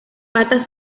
patas